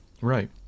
Right